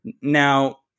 Now